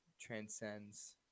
transcends